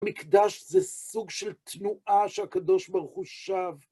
המקדש זה סוג של תנועה שהקדוש ברוך הוא שם